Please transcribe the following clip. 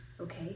okay